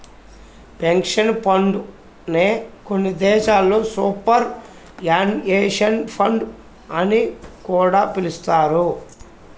pension fund నే కొన్ని దేశాల్లో సూపర్ యాన్యుయేషన్ ఫండ్ అని కూడా పిలుస్తారు